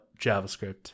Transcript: JavaScript